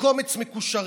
לקומץ מקושרים.